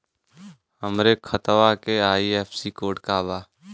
हमरे खतवा के आई.एफ.एस.सी कोड का बा?